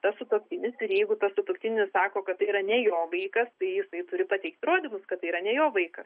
tas sutuoktinis ir jeigu tas sutuoktinis sako kad tai yra ne jo vaikas tai jisai turi pateikti įrodymus kad yra ne jo vaikas